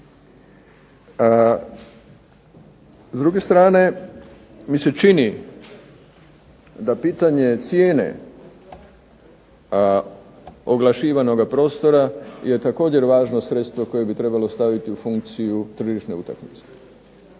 S druge strane mi se čini da pitanje cijene oglašivanoga prostora je također važno sredstvo koje bi trebalo staviti u funkciju tržišne utakmice.